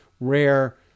rare